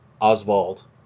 Oswald